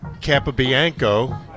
Capabianco